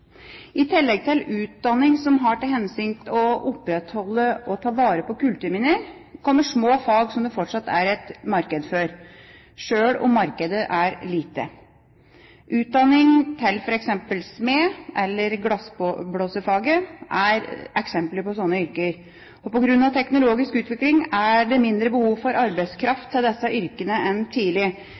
I tillegg til utdanning som har til hensikt å opprettholde og ta vare på kulturminner, kommer små fag som det fortsatt er et marked for, sjøl om markedet er lite. Smed- eller glassblåserfaget er eksempler på slike yrker. På grunn av teknologisk utvikling er det mindre behov for arbeidskraft til disse yrkene enn